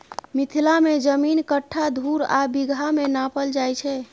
मिथिला मे जमीन कट्ठा, धुर आ बिगहा मे नापल जाइ छै